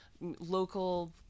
local